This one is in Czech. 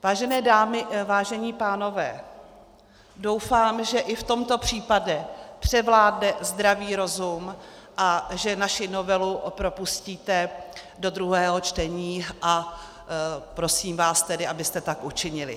Vážené dámy, vážení pánové, doufám, že i v tomto případě převládne zdravý rozum a že naši novelu propustíte do druhého čtení, a prosím vás tedy, abyste tak učinili.